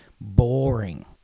boring